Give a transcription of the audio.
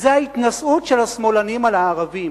זאת ההתנשאות של השמאלנים על הערבים.